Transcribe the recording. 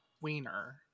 Wiener